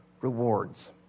rewards